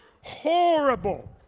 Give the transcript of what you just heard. Horrible